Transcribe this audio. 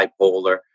bipolar